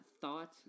thought